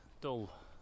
Dull